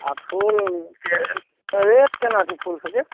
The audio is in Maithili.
आओर फूलके रेट कोना छै फूल सबके